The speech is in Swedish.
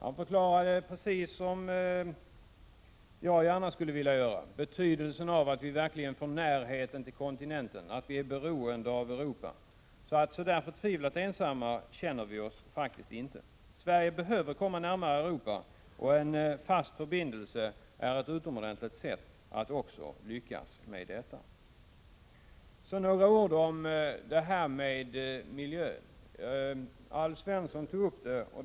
Han förklarade, precis som jag gärna skulle vilja göra, betydelsen av att vi verkligen får närhet till kontinenten och att vi är beroende av övriga Europa. Vi känner oss därför inte särskilt ensamma. Sverige behöver komma närmare Europa. Att man upprättar en fast förbindelse är ett utomordentligt sätt att också lyckas med detta. Sedan några ord om miljön. Alf Svensson tog upp den frågan.